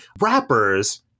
rappers